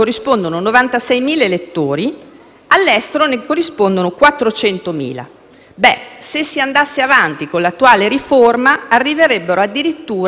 Se si andasse avanti con l'attuale riforma, si arriverebbe addirittura alla bellezza di 700.000 elettori che corrispondono a un deputato.